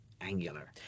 angular